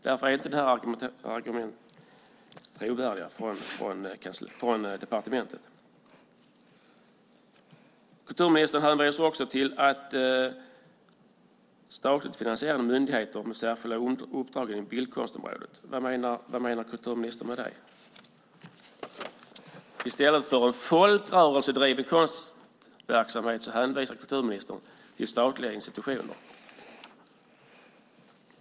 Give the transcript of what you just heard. Därför är inte argumenten från departementet trovärdiga. Kulturministern hänvisar också till statligt finansierade myndigheter med särskilda uppdrag inom bildkonstområdet. Vad menar kulturministern med det? I stället för en folkrörelsedriven konstverksamhet hänvisar kulturministern till statliga institutioner.